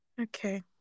Okay